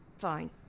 Fine